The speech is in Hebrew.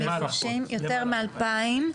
יותר מ-2,000.